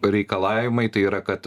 reikalavimai tai yra kad